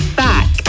back